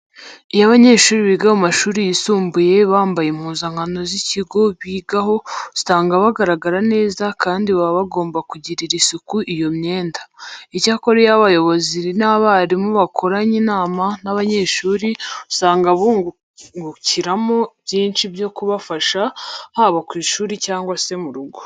Iyo abanyeshuri biga mu mashuri yisumbuye bambaye impuzankano z'ikigo bigaho, usanga bagaragara neza kandi baba bagomba kugirira isuku iyo myenda. Icyakora iyo abayobozi n'abarimu bakoranye inama n'aba banyeshuri usanga bungukiramo byinshi byo kubafasha haba ku ishuri cyangwa se mu rugo.